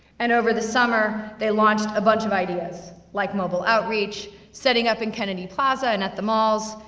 and over the summer, they launched a bunch of ideas, like mobile outreach, setting up in kennedy plaza and at the malls,